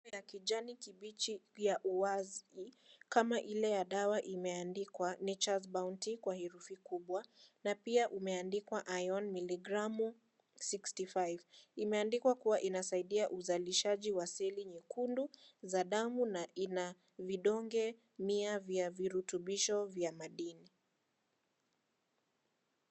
Kijani kibichi ya uwazi kama ile ya dawa imeandikwa Nature's Bounty kwa herufi kubwa na pia umeandikwa Iron miligramu sixty five imeandikwa kuwa inasaidia uzalishaji ya seli nyekundu za damu na ina vidonge mia vya virutubisho vya madini.